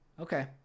Okay